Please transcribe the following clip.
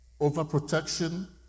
Overprotection